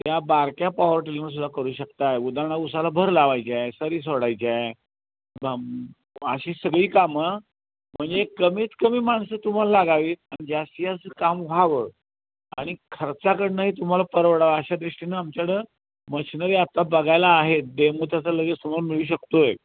त्या बारक्या पावर टिलिंगनं सुद्धा करू शकताय उदाहरण उसाला भर लावायचे आहे सरी सोडायचे आहे अशी सगळी कामं म्हणजे कमीत कमी माणसं तुम्हाला लागावी आणि जास्तीत जास्त काम व्हावं आणि खर्चाकडूनही तुम्हाला परवडावं अशा दृष्टीनं आमच्याकडं मशिनरी आत्ता बघायला आहे डेमो त्याचा लगेच तुम्हाला मिळू शकत आहे